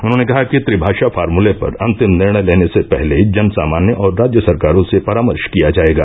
उन्होंने कहा कि त्रिभाषा फार्मूले पर अंतिम निर्णय लेने से पहले जन सामान्य और राज्य सरकारों से परामर्श किया जाएगा